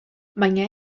baina